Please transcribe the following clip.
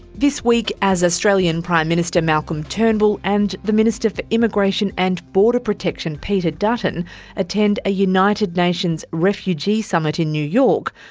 this week, as australian prime minister malcolm turnbull and the minister for immigration and border protection peter dutton attend a united nations refugee summit in new york,